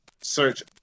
search